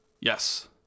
Yes